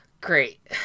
Great